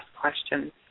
questions